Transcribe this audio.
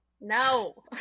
No